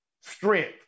Strength